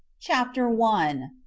chapter one.